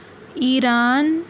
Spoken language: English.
Iran